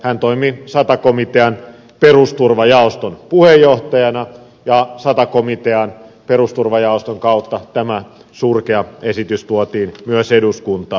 hän toimi sata komitean perusturvajaoston puheenjohtajana ja sata komitean perusturvajaoston kautta tämä surkea esitys tuotiin myös eduskuntaan